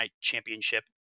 Championship